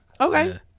Okay